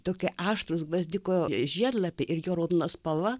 tokie aštrūs gvazdiko žiedlapiai ir jo raudona spalva